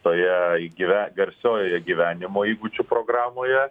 toje įgyve garsiojoje gyvenimo įgūdžių programoje